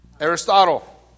Aristotle